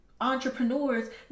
entrepreneurs